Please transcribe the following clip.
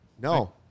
No